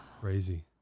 crazy